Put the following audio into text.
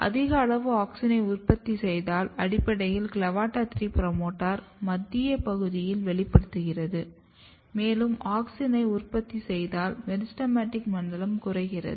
அதிக அளவு ஆக்ஸினை உற்பத்தி செய்தால் அடிப்படையில் CLAVATA3 புரோமோட்டார் மத்திய பகுதியில் வெளிப்படுத்தப்படுகிறது மேலும் ஆக்சினை உற்பத்திசெய்தால் மெரிஸ்டெமடிக் மண்டலம் குறைகிறது